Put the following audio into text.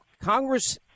Congress